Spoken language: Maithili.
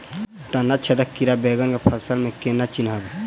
तना छेदक कीड़ा बैंगन केँ फसल म केना चिनहब?